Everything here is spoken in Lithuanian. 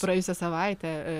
praėjusią savaitę